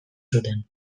zuten